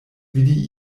vidi